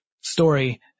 story